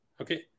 Okay